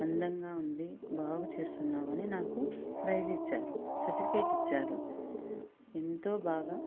అందంగా ఉంది బాగ చేస్తున్నావని నాకు ప్రయిజ్ ఇచ్చారు సర్టిఫికెట్ ఇచ్చారు ఎంతో బాగా